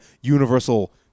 universal